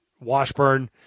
Washburn